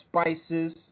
spices